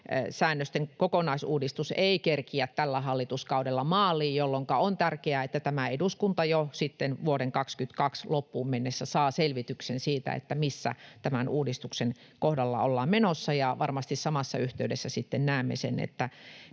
säännösten kokonaisuudistus ei kerkiä tällä hallituskaudella maaliin, jolloinka on tärkeää, että tämä eduskunta jo sitten vuoden 22 loppuun mennessä saa selvityksen siitä, missä tämän uudistuksen kohdalla ollaan menossa, ja varmasti samassa yhteydessä sitten näemme sen, miten